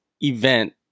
event